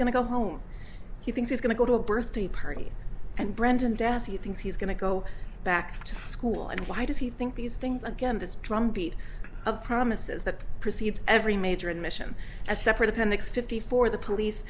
going to go home he thinks he's going to go to a birthday party and brandon das he thinks he's going to go back to school and why does he think these things again this drumbeat of promises that precede every major admission at separate appendix fifty four the police